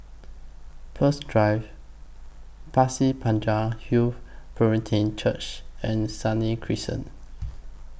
Peirce Drive Pasir Panjang Hill Brethren Church and Senang Crescent